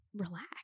relax